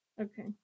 okay